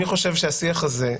אני חושב שהשיח הזה,